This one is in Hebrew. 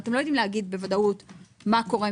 אתם לא יודעים לומר בוודאות מה קורה.